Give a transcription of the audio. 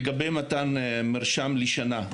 לגבי מתן מרשם לשנה: